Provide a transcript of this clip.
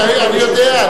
אני יודע,